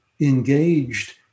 engaged